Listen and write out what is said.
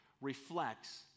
reflects